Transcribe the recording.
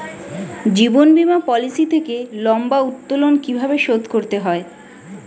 জীবন বীমা পলিসি থেকে লম্বা উত্তোলন কিভাবে শোধ করতে হয়?